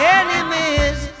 enemies